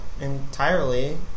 entirely